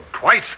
twice